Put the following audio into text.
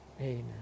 Amen